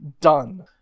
done